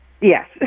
Yes